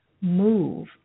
Move